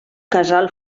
casal